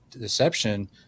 deception